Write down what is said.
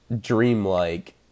dreamlike